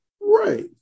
Right